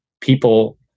people